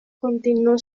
continuó